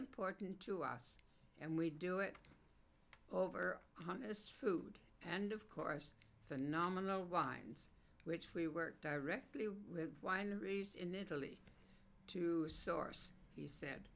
important to us and we do it over on is food and of course phenomenal winds which we work directly with wineries in italy to source he said